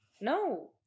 No